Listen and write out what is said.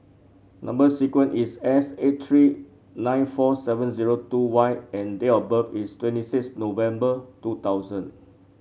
number sequence is S eight three nine four seven zero two Y and date of birth is twenty six November two thousand